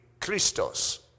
Christos